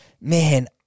man